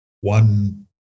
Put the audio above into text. one